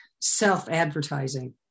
self-advertising